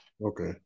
Okay